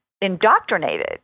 indoctrinated